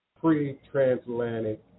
pre-transatlantic